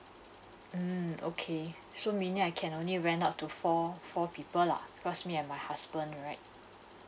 mm okay so meaning I can only rent out to four four people lah plus me and my husband right